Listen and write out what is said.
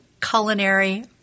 Culinary